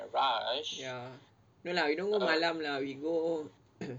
ya no lah we don't go malam lah we go